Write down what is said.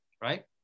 right